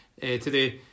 today